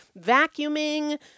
vacuuming